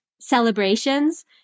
celebrations